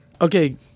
Okay